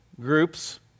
groups